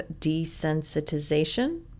desensitization